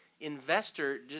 Investor